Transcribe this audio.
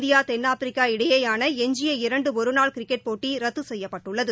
India தென்னாப்பிரிக்கா இடையேயான எஞ்சிய இரண்டு ஒருநாள் கிரிக்கெட் போட்டி ரத்து செய்யப்பட்டுள்ளது